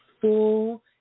full